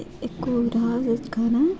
इक होर हा गाना